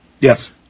yes